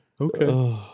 Okay